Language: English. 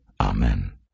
Amen